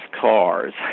cars